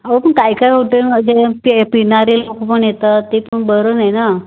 अहो पण काय काय होतं आहे पे पिणारे लोकं पण येतात ते पण बरं नाही ना